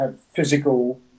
physical